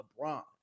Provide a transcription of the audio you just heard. LeBron